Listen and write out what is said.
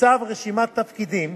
בצו רשימת תפקידים